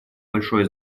большое